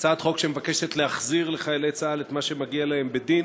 הצעת חוק שמבקשת להחזיר לחיילי צה"ל את מה שמגיע להם בדין,